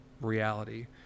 reality